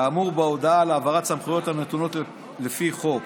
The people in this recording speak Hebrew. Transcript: כאמור בהודעה על העברת סמכויות הנתונות לפי חוק,